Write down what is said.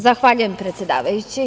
Zahvaljujem predsedavajući.